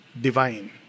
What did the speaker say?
divine